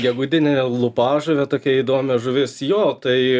gegudinė lūpažuvė tokia įdomia žuvis jog tai